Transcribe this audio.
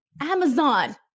Amazon